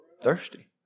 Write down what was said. Thirsty